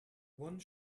one